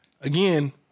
again